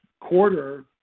quarter